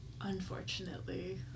Unfortunately